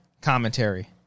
commentary